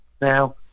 now